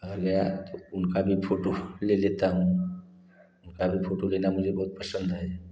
अगर गया तो उनका भी फोटू ले लेता हूँ उनका भी फोटू लेना मुझे बहुत पसंद है